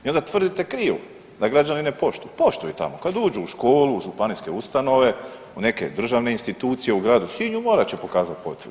I onda tvrdite krivo da građani ne poštuju, poštuju tamo kad uđu u školu, županijske ustanove, u neke državne institucije u gradu Sinju morat će pokazati potvrdu.